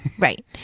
right